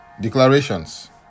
declarations